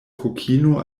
kokino